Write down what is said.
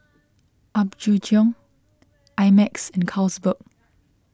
Apgujeong I Max and Carlsberg